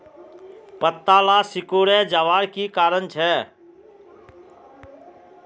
पत्ताला सिकुरे जवार की कारण छे?